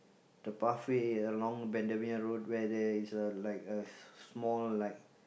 the pathway along Bendemeer road where this a like a s~ small like